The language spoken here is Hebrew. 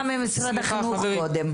ממשרד החינוך קודם.